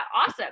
awesome